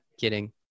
kidding